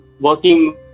working